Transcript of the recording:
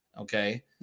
Okay